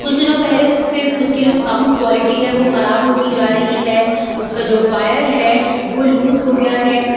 کچھ دنوں پہلے اس سے اس کی جو ساؤنڈ کوالیٹی ہے وہ خراب ہوتی جا رہی ہے اس کا جو وائر ہے وہ لوز ہو گیا ہے